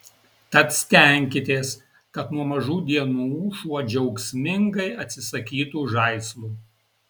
tad stenkitės kad nuo mažų dienų šuo džiaugsmingai atsisakytų žaislų